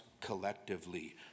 collectively